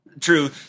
true